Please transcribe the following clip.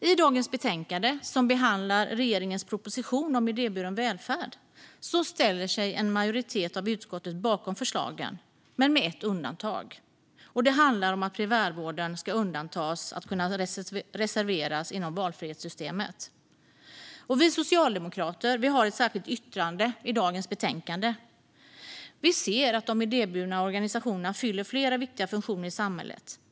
I dagens betänkande, som behandlar regeringens proposition om idéburen välfärd, ställer sig en majoritet av utskottet bakom förslagen, med ett undantag. Det handlar om att primärvården ska undantas från möjligheten att reservera deltagande i valfrihetssystem. Vi socialdemokrater har ett särskilt yttrande i dagens betänkande. Vi ser att de idéburna organisationerna fyller flera viktiga funktioner i samhället.